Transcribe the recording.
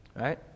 right